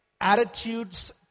Attitudes